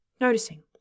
noticing